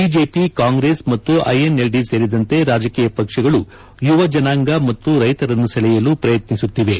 BJP Congress ಮತ್ತು INLD ಸೇರಿದಂತೆ ರಾಜಕೀಯ ಪಕ್ಷಗಳು ಯುವ ಜನಾಂಗ ಮತ್ತು ರೈತರನ್ನು ಸೆಳೆಯಲು ಪ್ರಯತ್ನಿಸುತ್ತಿವೆ